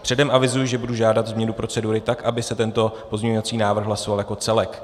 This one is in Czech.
Předem avizuji, že budu žádat změnu procedury tak, aby se tento pozměňovací návrh hlasoval jako celek.